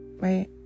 right